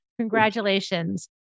congratulations